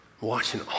Watching